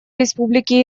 республики